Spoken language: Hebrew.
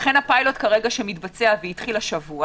לכן הפילוט שמתבצע, והחל השבוע